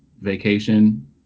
vacation